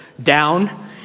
down